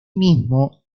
mismo